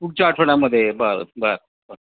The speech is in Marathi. पुढच्या आठवड्यामध्ये बरं बरं बरं